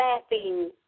laughing